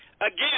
Again